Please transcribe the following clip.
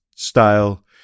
style